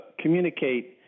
communicate